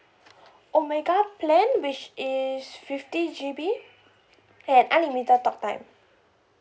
omega plan which is fifty G_B and unlimited talk time